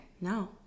no